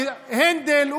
הנדל,